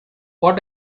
what